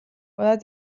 oder